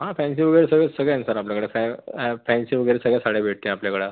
हा फॅन्सी वगैरे सगळं सगळं आहे ना सर आपल्याकडे फॅ अॅ फॅन्सी वगैरे सगळ्या साड्या भेटते आपल्याकडं